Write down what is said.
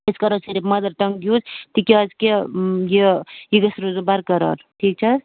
أسۍ کَرَو صِرف مَدَر ٹنٛگ یوٗز تِکیٛازِ کہ یہِ یہِ گژھِ روزٕنۍ برقرار ٹھیٖک چھِ حظ